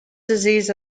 disease